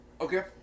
Okay